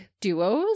duos